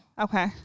Okay